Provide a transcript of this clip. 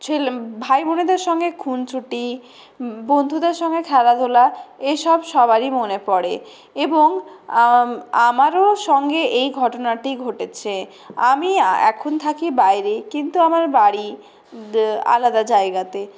ভাই বোনেদের সঙ্গে খুনসুটি বন্ধুদের সঙ্গে খেলাধূলা এই সব সবারই মনে পড়ে এবং আমারও সঙ্গে এই ঘটনাটি ঘটেছে আমি এখন থাকি বাইরে কিন্তু আমার বাড়ি আলাদা জায়গাতে